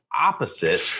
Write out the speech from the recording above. opposite